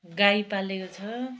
गाई पालेको छ